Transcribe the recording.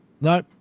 No